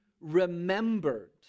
remembered